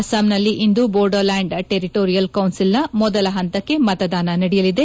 ಅಸ್ಟಾಂನಲ್ಲಿ ಇಂದು Bodoland territorial council ನ ಮೊದಲ ಹಂತಕ್ಕೆ ಮತೆದಾನ ನಡೆಯಲಿದೆ